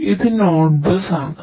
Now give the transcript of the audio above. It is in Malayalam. ഇത് നോഡ് ബസ് ആണ്